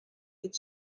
think